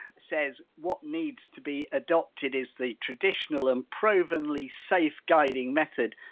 says what needs to be adopted is the traditional and provenly safe guiding method,